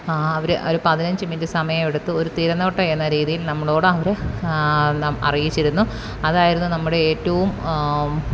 ആ അവർ ആ ഒരു പതിനഞ്ച് മിനിറ്റ് സമയം എടുത്തു ഒരു തിരനോട്ടം എന്ന രീതിയില് നമ്മളോടവർ നം അറിയിച്ചിരുന്നു അതായിരുന്നു നമ്മുടെ ഏറ്റവും